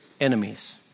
enemies